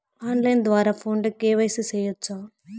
on line ద్వారా ఫోనులో KYC సేయొచ్చా